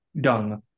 dung